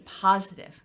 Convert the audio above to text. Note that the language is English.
positive